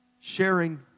sharing